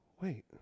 Wait